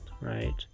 right